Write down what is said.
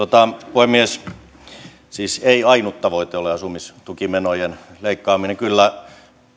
puhemies siis ei ainut tavoite ole asumistukimenojen leikkaaminen kyllä